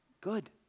Good